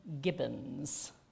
Gibbons